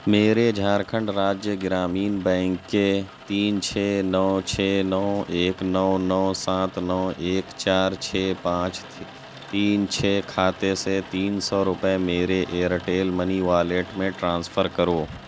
میرے جھارکھنڈ راجیہ گرامین بینک کے تین چھ نو چھ نو ایک نو نو سات نو ایک چار چھ پانچ تین چھ کھاتے سے تین سو روپے میرے ایئرٹیل منی والیٹ میں ٹرانسفر کرو